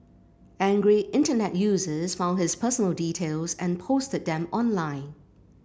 angry Internet users found his personal details and posted them online